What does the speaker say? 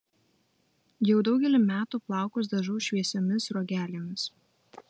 jau daugelį metų plaukus dažau šviesiomis sruogelėmis